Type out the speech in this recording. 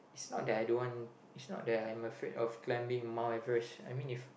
it's not that I don't want it's not that I'm afraid of climbing Mount-Everest I meant if